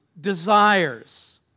desires